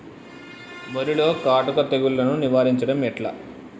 వరిలో కాటుక తెగుళ్లను నివారించడం ఎట్లా?